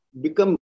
become